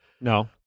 No